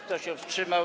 Kto się wstrzymał?